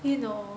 you know